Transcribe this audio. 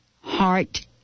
Heart